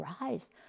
rise